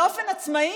באופן עצמאי?